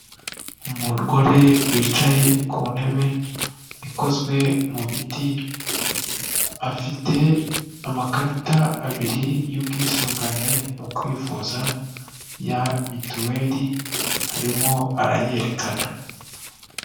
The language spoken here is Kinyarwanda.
Umugore wicaye ku ntebe ikozwe mu biti, afite amakarita abiri y'ubwisungane mu kwivuza ya mituweli arimo arayerekana.